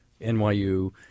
NYU